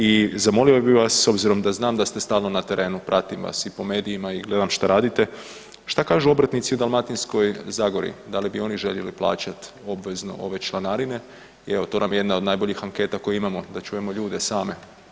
I zamolio bih vas s obzirom da znam da ste stalno na terenu, pratim vas i po medijima i gledam šta radite, šta kažu obrtnici u Dalmatinskog zagori, da li bi oni željeli plaćat obvezno ove članarine i evo to nam je jedna od najboljih anketa koju imamo da čujemo ljude same?